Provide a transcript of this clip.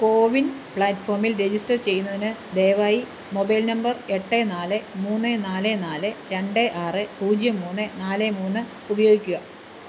കോവിൻ പ്ലാറ്റ്ഫോമിൽ രജിസ്റ്റർ ചെയ്യുന്നതിന് ദയവായി മൊബൈൽ നമ്പർ എട്ട് നാല് മൂന്ന് നാല് നാല് രണ്ട് ആറ് പൂജ്യം മൂന്ന് നാല് മൂന്ന് ഉപയോഗിക്കുക